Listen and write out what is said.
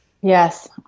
yes